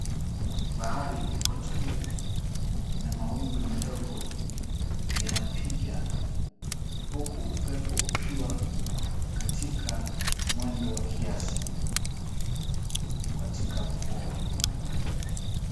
Bahari iko tulivu na mawimbi madogo yanapiga, huku upepo ukiwa katika mwendo wa kiasi, katika mkoa wa pwani.